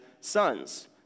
sons